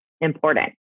important